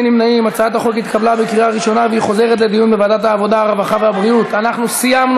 2016, לוועדת העבודה, הרווחה והבריאות נתקבלה.